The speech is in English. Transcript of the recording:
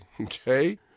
okay